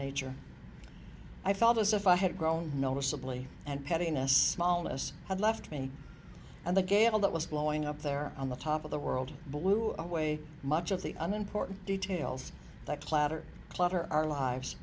nature i felt as if i had grown noticeably and pettiness smallness had left me and the gavel that was blowing up there on the top of the world blew away much of the unimportance details that clatter clutter our lives